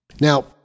Now